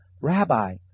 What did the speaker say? Rabbi